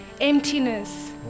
emptiness